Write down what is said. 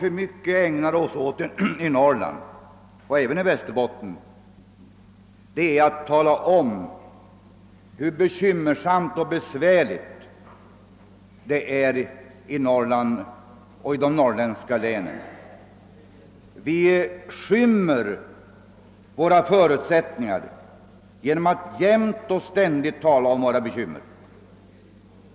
Vad vi ägnar oss åt för mycket i Norrland, även i Västerbotten, är att tala om hur bekymmersamt och besvärligt det är i de norrländska länen. Vi döljer våra förutsättningar genom att jämt och ständigt tala om våra svårigheter.